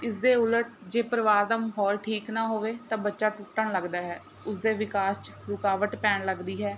ਇਸ ਦੇ ਉਲਟ ਜੇ ਪਰਿਵਾਰ ਦਾ ਮਾਹੌਲ ਠੀਕ ਨਾ ਹੋਵੇ ਤਾਂ ਬੱਚਾ ਟੁੱਟਣ ਲੱਗਦਾ ਹੈ ਉਸਦੇ ਵਿਕਾਸ 'ਚ ਰੁਕਾਵਟ ਪੈਣ ਲੱਗਦੀ ਹੈ